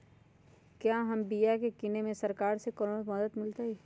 क्या हम बिया की किने में सरकार से कोनो मदद मिलतई?